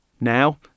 Now